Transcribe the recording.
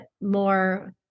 more